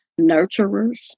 nurturers